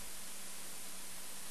לשם שמירה על ביטחון הציבור (תיקון)